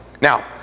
Now